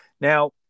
Now